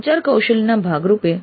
સંચાર કૌશલ્યના ભાગ રૂપે